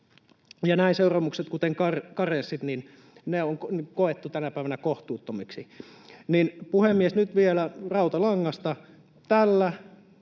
Nämä seuraamukset, kuten karenssit, on koettu tänä päivänä kohtuuttomiksi. Puhemies! Nyt vielä rautalangasta: